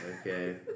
Okay